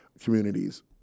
communities